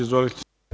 Izvolite.